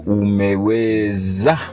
umeweza